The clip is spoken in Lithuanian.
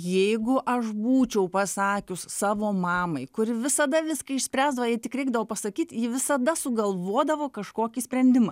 jeigu aš būčiau pasakius savo mamai kuri visada viską išspręsdavo jai tik reikdavo pasakyt ji visada sugalvodavo kažkokį sprendimą